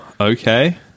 okay